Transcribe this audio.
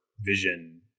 vision